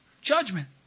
judgment